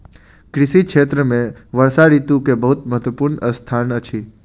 कृषि क्षेत्र में वर्षा ऋतू के बहुत महत्वपूर्ण स्थान अछि